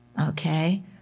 Okay